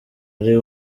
ari